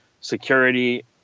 security